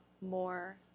more